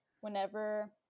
whenever